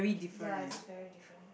ya it's very different